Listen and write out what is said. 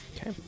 Okay